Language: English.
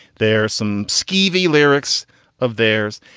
there some skivvy lyrics of theirs.